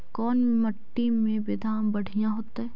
कोन मट्टी में बेदाम बढ़िया होतै?